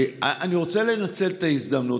אני רוצה לנצל את ההזדמנות,